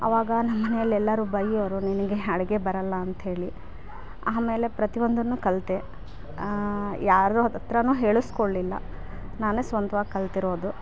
ಅವಾಗ ನಮ್ಮ ಮನೇಲಿ ಎಲ್ಲರು ಬೈಯೋರು ನಿನಗೆ ಅಡ್ಗೆ ಬರಲ್ಲ ಅಂತ್ಹೇಳಿ ಆಮೇಲೆ ಪ್ರತಿ ಒಂದನ್ನು ಕಲ್ತೆ ಯಾರ್ದೋ ಹತ್ರ ಹತ್ತಿರನೂ ಹೇಳಸ್ಕೋಳ್ಲಿಲ್ಲ ನಾನೇ ಸ್ವಂತ್ವಾಗಿ ಕಲ್ತಿರೋದು